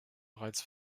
bereits